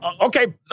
Okay